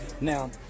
Now